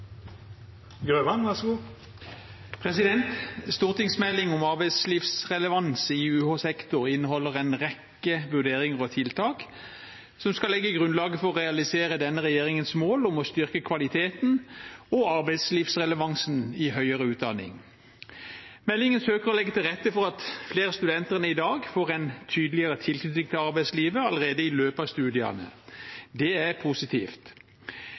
om arbeidslivsrelevans i universitets- og høyskolesektoren inneholder en rekke vurderinger og tiltak som skal legge grunnlaget for å realisere denne regjeringens mål om å styrke kvaliteten og arbeidslivsrelevansen i høyere utdanning. Meldingen søker å legge til rette for at flere studenter enn i dag får en tydeligere tilknytning til arbeidslivet allerede i løpet av studiene. Det er positivt.